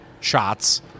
Shots